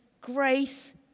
grace